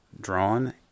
drawn